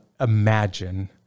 imagine